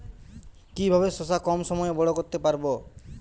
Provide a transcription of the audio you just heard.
কিভাবে শশা কম সময়ে বড় করতে পারব?